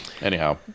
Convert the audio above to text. anyhow